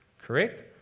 Correct